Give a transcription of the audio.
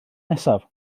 nesaf